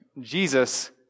Jesus